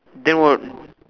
then what